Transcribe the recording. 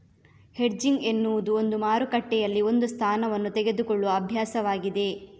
hedging ಎನ್ನುವುದು ಒಂದು ಮಾರುಕಟ್ಟೆಯಲ್ಲಿ ಒಂದು ಸ್ಥಾನವನ್ನು ತೆಗೆದುಕೊಳ್ಳುವ ಅಭ್ಯಾಸವಾಗಿದೆ